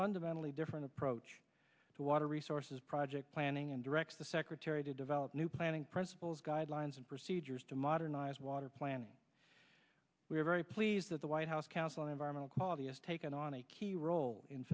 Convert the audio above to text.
fundamentally different approach to water resources project planning and directs the secretary to develop new planning principles guidelines and procedures to modernize water planning we are very pleased that the white house council on environmental quality has taken on a key role in